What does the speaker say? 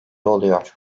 oluyor